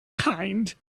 kind